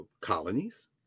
colonies